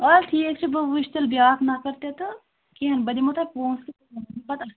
وَلہٕ ٹھیٖک چھُ بہٕ وُچھٕ تیٚلہِ بِیٛاکھ نَفر تہِ تہٕ کیٚنٛہہ بہٕ دِمو تۄہہِ پونٛسہٕ پتہٕ اَصٕل پٲٹھۍ